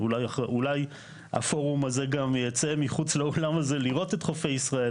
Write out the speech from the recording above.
אולי הפורום הזה גם ייצא מחוץ לאולם הזה לראות את חופי ישראל,